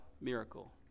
miracle